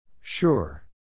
Sure